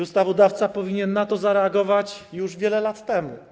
Ustawodawca powinien na to zareagować już wiele lat temu.